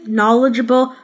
knowledgeable